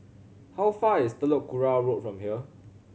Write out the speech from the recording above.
how far is Telok Kurau Road from here